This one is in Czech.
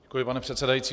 Děkuji, pane předsedající.